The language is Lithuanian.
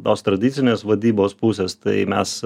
tos tradicinės vadybos pusės tai mes